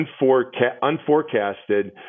unforecasted